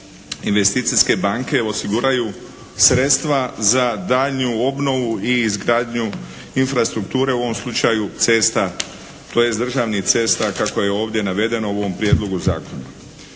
investicijske banke osiguraju sredstva za daljnju obnovu i izgradnju infrastrukture, u ovom slučaju cesta, tj. državnih cesta kako je ovdje navedeno u ovom Prijedlogu zakona.